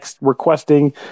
requesting